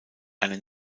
eine